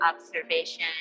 observation